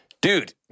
dude